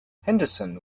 henderson